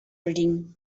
reading